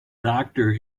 doctor